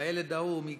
והילד ההוא מקניה,